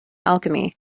alchemy